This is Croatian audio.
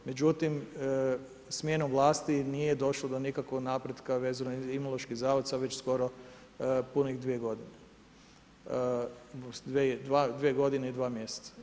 Međutim, smjenom vlasti nije došlo do nikakvog napretka vezano za Imunološki zavod sad već skoro punih dvije godine, dvije godine i dva mjeseca.